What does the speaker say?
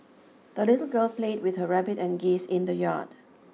the little girl played with her rabbit and geese in the yard